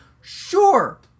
sure